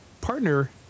partner